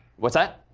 what's that?